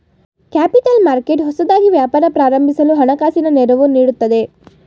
capital market ಹೊಸದಾಗಿ ವ್ಯಾಪಾರ ಪ್ರಾರಂಭಿಸಲು ಹಣಕಾಸಿನ ನೆರವು ನೀಡುತ್ತದೆ